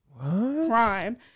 crime